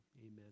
amen